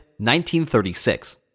1936